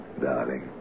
darling